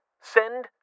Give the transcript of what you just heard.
send